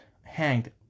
hanged